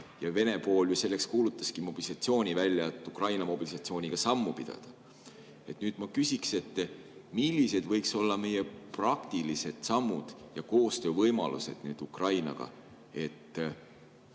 Vene pool ju selleks kuulutas mobilisatsiooni välja, et Ukraina mobilisatsiooniga sammu pidada. Ma küsin nii: millised võiksid olla meie praktilised sammud ja koostöövõimalused Ukrainaga, et